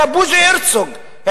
בוז'י הרצוג.